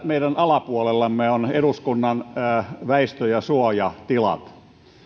meidän alapuolellamme on eduskunnan väistö ja suojatilat